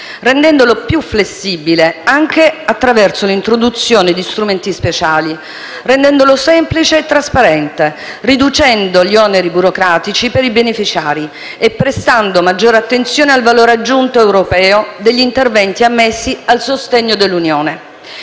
rendendolo più flessibile (anche attraverso l'introduzione di strumenti speciali), semplice e trasparente, riducendo gli oneri burocratici per i beneficiari e prestando maggiore attenzione al valore aggiunto europeo degli interventi ammessi al sostegno dell'Unione.